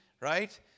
right